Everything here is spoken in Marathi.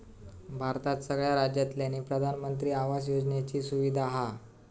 भारतात सगळ्या राज्यांतल्यानी प्रधानमंत्री आवास योजनेची सुविधा हा